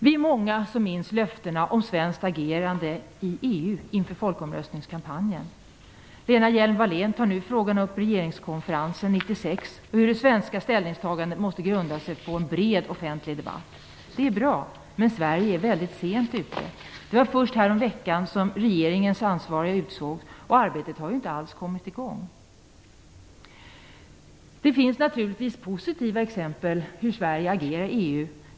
Vi är många som minns löftena om svenskt agerande i EU inför folkomröstningskampanjen. Lena Hjelm-Wallén tog nu upp frågan om regeringskonferensen 1996 och sade att det svenska ställningstagandet måste grundas på en bred offentlig debatt. Det är bra, men Sverige är väldigt sent ute. Det var först häromveckan som regeringens ansvarige utsågs, och arbetet har alltså inte alls kommit i gång. Det finns naturligtvis positiva exempel på hur Sverige agerar i EU.